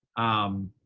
um,